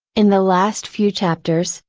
in the last few chapters,